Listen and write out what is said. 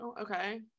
Okay